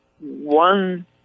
one